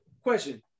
Question